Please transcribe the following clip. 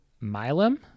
milam